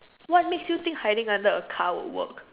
what makes you think hiding under a car will work